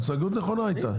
ההסתייגות הייתה נכונה.